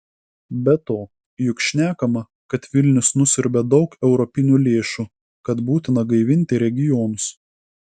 be to juk šnekama kad vilnius nusiurbia daug europinių lėšų kad būtina gaivinti regionus